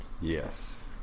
yes